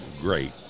great